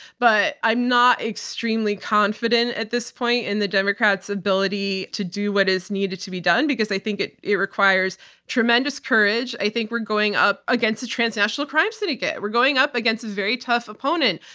but i'm not extremely confident, at this point, in the democrats' ability to do what is needed to be done because i think it it requires tremendous courage. i think we're going up against a transnational crime syndicate. we're going up against a very tough opponent,